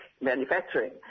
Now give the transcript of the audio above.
manufacturing